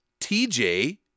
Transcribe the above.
TJ